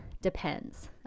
depends